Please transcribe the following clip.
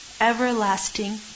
Everlasting